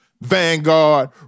Vanguard